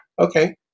Okay